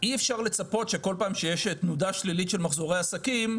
אי-אפשר לצפות שכל פעם שיש תנודה שלילית של מחזורי עסקים,